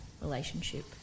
relationship